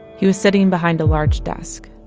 he was sitting behind a large desk.